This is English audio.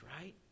right